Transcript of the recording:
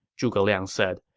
zhuge liang said.